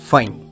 Fine